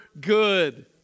good